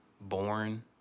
born